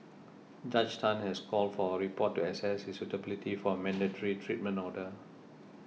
Judge Tan has called for a report to access his suitability for a mandatory treatment order